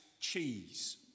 Cheese